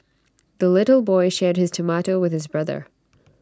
the little boy shared his tomato with his brother